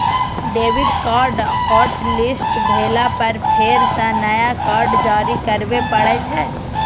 debit card hotlist भेला पर फेर सं नया कार्ड जारी करबे पड़ै छै